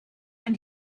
and